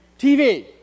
TV